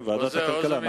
ועדת הכלכלה, נכון.